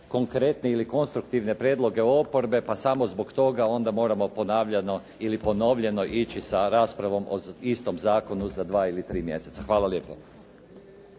konkretne ili konstruktivne prijedloge oporbe pa samo zbog toga onda moramo ponavljano ili ponovljeno ići sa raspravom o istom zakonu za 2 ili 3 mjeseca. Hvala lijepo.